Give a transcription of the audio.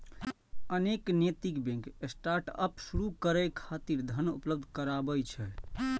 अनेक नैतिक bank startup शुरू करै खातिर धन उपलब्ध कराबै छै